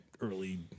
early